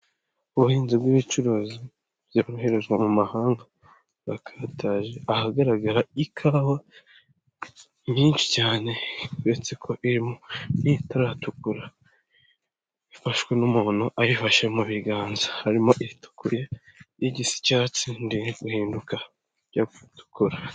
Ubuhinzi bw'ibicuruzwa byoherezwa mu mahanga burakataje, ahangaha hagaragara ikawa nyinshi cyane uretse ko harimo n'itaratukura ifashwe n'umuntu ayifashe mu biganza, harimo itukura, igisa icyatsi ijya guhinduka, ijya gutukura.